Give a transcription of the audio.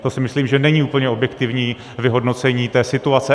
To si myslím, že není úplně objektivní vyhodnocení té situace.